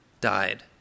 died